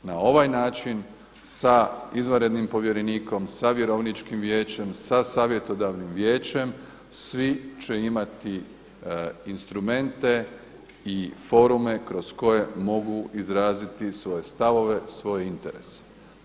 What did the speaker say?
Na ovaj način sa izvanrednim povjerenikom, sa vjerovničkim vijećem, sa savjetodavnim vijećem svi će imati instrumente i forume kroz koje mogu izraziti svoje stavove, svoje interese.